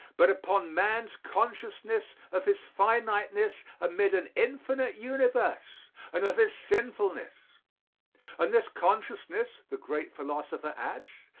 but upon man's consciousness of his finiteness amid an infinite universe and of his sinfulness and this consciousness, the great philosopher adds,